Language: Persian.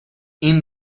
این